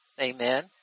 amen